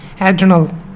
adrenal